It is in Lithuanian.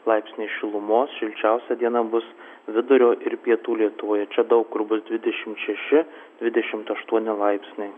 laipsniai šilumos šilčiausia diena bus vidurio ir pietų lietuvoje čia daug kur bus dvidešimt šeši dvidešimt aštuoni laipsniai